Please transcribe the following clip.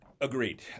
Agreed